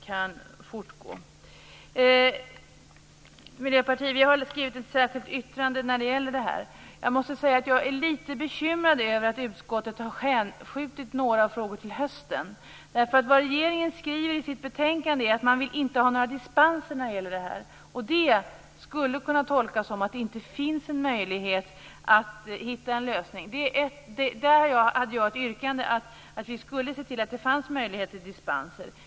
Vi i Miljöpartiet har avgett ett särskilt yttrande när det gäller detta. Jag måste säga att jag är litet bekymrad över att utskottet har hänskjutit några av frågorna till hösten. Regeringen skriver att man inte vill att det skall finnas några dispenser. Det skulle kunna tolkas så att det inte finns någon möjlighet att hitta en lösning. Där hade jag ett yrkande, att det skulle finnas möjligheter till dispenser.